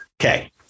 okay